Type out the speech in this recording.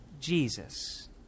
Jesus